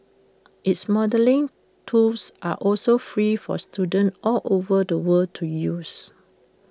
its modelling tools are also free for students all over the world to use